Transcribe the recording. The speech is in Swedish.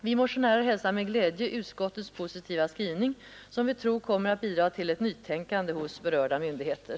Vi motionärer hälsar med glädje utskottets positiva skrivning, som vi tror kommer att bidra till ett nytänkande hos berörda myndigheter.